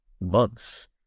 months